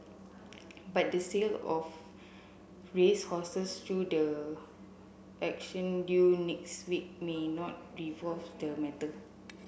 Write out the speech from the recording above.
but the sale of racehorses through the auction due next week may not resolve the matter